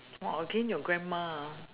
!wah! again your grandma ah